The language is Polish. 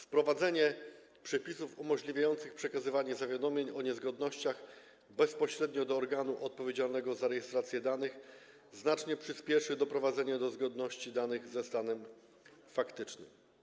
Wprowadzenie przepisów umożliwiających przekazywanie zawiadomień o niezgodnościach bezpośrednio do organu odpowiedzialnego za rejestrację danych znacznie przyspieszy doprowadzenie do zgodności danych ze stanem faktycznym.